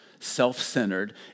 self-centered